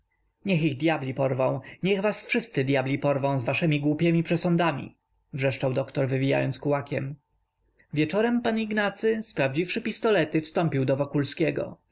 niech ich dyabli porwą niech was wszystkich dyabli porwą z waszemi głupiemi przesądami wrzeszczał doktor wywijając kułakiem wieczorem pan ignacy sprowadziwszy pistolety wstąpił do wokulskiego